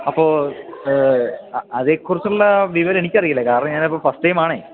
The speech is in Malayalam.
അപ്പോള് അതെക്കുറിച്ചുള്ള വിവരം എനിക്കറിയില്ല കാരണം ഞാനിപ്പോള് ഫസ്റ്റ് ടൈം ആണ്